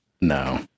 No